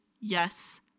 yes